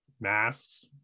masks